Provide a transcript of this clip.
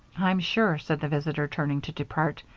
i'm sure, said the visitor, turning to depart,